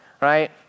Right